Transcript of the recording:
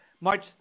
March